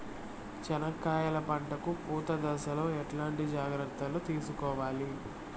చెనక్కాయలు పంట కు పూత దశలో ఎట్లాంటి జాగ్రత్తలు తీసుకోవాలి?